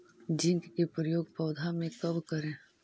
Zinc के प्रयोग पौधा मे कब करे?